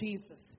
Jesus